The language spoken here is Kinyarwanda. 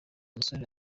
musore